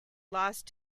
lost